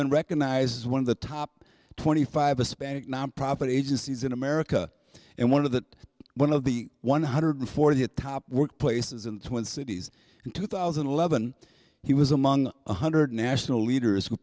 been recognized as one of the top twenty five a spank nonprofit agencies in america and one of the one of the one hundred forty eight top work places in the twin cities in two thousand and eleven he was among one hundred national leaders who